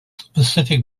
specific